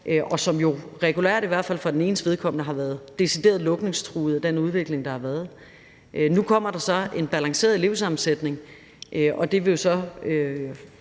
og som regulært, i hvert fald for det enes vedkommende, har været decideret lukningstruet på grund af den udvikling, der har været. Kl. 15:48 Nu kommer der så en balanceret elevsammensætning, og det vil